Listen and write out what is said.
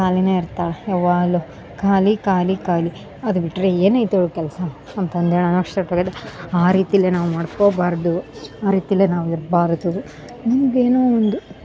ಕಾಲಿನೆ ಇರ್ತಾಳ ಯಾವಾಗಲು ಖಾಲಿ ಖಾಲಿ ಖಾಲಿ ಅದು ಬಿಟ್ಟರೆ ಏನೈಟ್ ಅವ್ಳ ಕೆಲಸ ಅಂತ ಅಂದೆ ನಾನು ಆ ರೀತೀಲೆ ನಾವು ಮಾಡ್ಕೊಬಾರದು ಆ ರೀತೀಲೆ ನಾವು ಇರ್ಬಾರದು ಮುಂದೇನೊ ಒಂದು